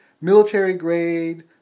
military-grade